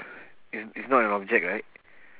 it's it's not an object right